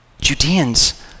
Judeans